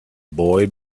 boy